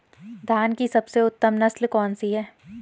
धान की सबसे उत्तम नस्ल कौन सी है?